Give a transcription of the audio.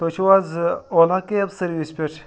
تُہۍ چھِو حظ اولا کیب سٔروِس پٮ۪ٹھ